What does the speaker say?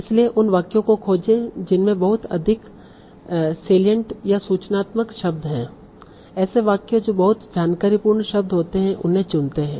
इसलिए उन वाक्यों को खोजें जिनमें बहुत अधिक सलिएंट या सूचनात्मक शब्द हैं ऐसे वाक्य जो बहुत जानकारीपूर्ण शब्द होते हैं उन्हें चुनते हैं